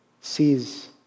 sees